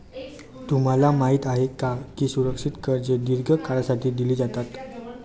तुम्हाला माहित आहे का की सुरक्षित कर्जे दीर्घ काळासाठी दिली जातात?